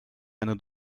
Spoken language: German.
eine